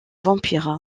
vampire